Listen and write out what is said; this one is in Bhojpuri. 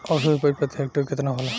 औसत उपज प्रति हेक्टेयर केतना होला?